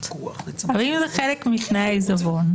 אבל אם זה כחלק מתנאי העיזבון,